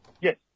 Yes